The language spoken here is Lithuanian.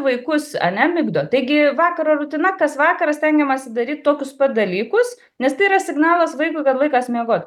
vaikus ane migdo taigi vakaro rutina kas vakarą stengiamasi daryt tokius pat dalykus nes tai yra signalas vaikui kad laikas miegot